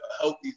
healthy